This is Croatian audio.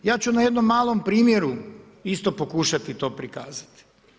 Ja ću na jednom malom primjeru, isto pokušati to pokazati.